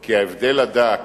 כי ההבדל הדק